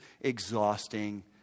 Exhausting